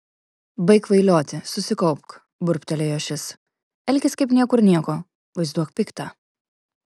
baik kvailioti susikaupk burbtelėjo šis elkis kaip niekur nieko vaizduok piktą